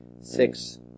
six